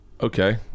Okay